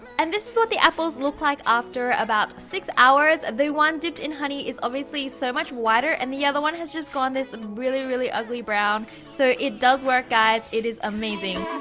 and, this is what the apples look like after about six hours, the one dipped in honey, is obviously so much whiter, and, the other one has just gone this really, really ugly brown, so, it does work, guys, it is amazing!